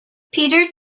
peter